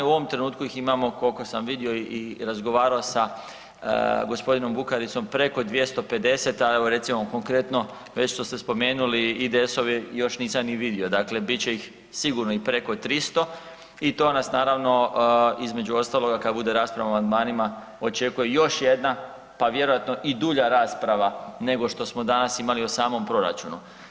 U ovom trenutku ih imamo koliko sam vidio i razgovarao sa gospodinom Bukaricom preko 250, al evo recimo konkretno već što ste spomenuli IDS-ove još nisam ni vidio, dakle bit će ih sigurno i preko 300 i to nas naravno između ostaloga kad bude rasprava o amandmanima očekuje još jedna pa vjerojatno i dulja rasprava nego što smo danas imali o samom proračunu.